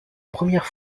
première